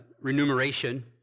remuneration